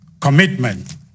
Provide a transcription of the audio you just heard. commitment